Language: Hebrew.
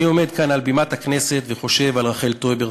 אני עומד כאן על במת הכנסת וחושב על רחל טויבר,